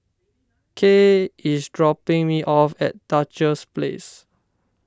Kaye is dropping me off at Duchess Place